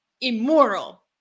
immoral